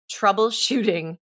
troubleshooting